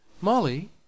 Molly